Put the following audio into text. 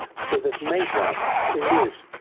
so they've made one. here it is.